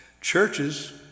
Churches